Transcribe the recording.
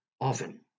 often